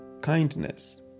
kindness